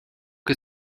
que